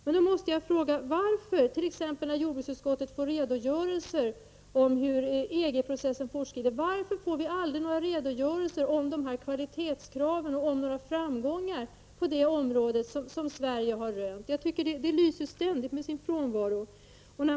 Men jag måste då fråga: När t.ex. jordbruksutskottet får redogörelser om hur EG-processen fortskrider, varför får vi då aldrig några redogörelser för kvalitetskraven och för framgångar som Sverige har rönt på det området? Sådana redogörelser lyser ständigt med sin frånvaro.